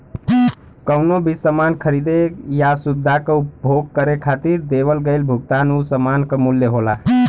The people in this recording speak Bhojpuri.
कउनो भी सामान खरीदे या सुविधा क उपभोग करे खातिर देवल गइल भुगतान उ सामान क मूल्य होला